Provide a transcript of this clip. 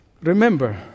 Remember